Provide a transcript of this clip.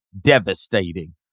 devastating